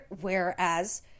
Whereas